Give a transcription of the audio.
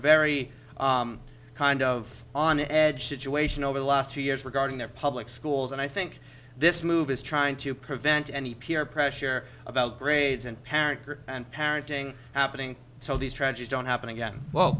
very kind of on edge situation over the last two years regarding their public schools and i think this move is trying to prevent any peer pressure about grades and parent and parenting happening so these tragedies don't happen again well